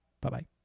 Bye-bye